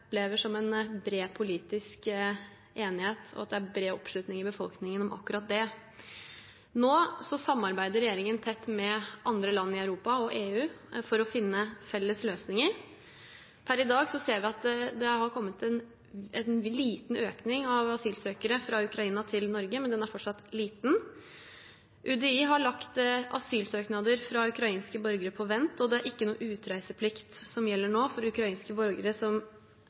en bred politisk enighet om – at det er bred oppslutning i befolkningen om akkurat det. Nå samarbeider regjeringen tett med andre land i Europa og EU for å finne felles løsninger. Per i dag ser vi at det har kommet en liten økning av asylsøkere fra Ukraina til Norge, men den er fortsatt liten. UDI har lagt asylsøknader fra ukrainske borgere på vent, og det er ikke noe utreiseplikt som nå gjelder for ukrainske borgere som